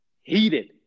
Heated